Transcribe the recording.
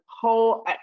whole